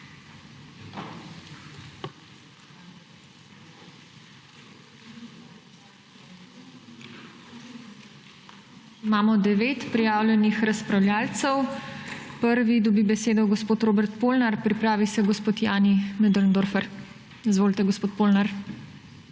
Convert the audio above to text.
Imamo devet prijavljenih razpravljavcev. Prvi dobi besedo gospod Robert Polnar, pripravi se gospod Jani Möderndorfer. Izvolite, gospod Polnar.